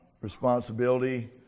responsibility